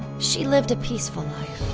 she lived a peaceful life,